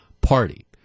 Party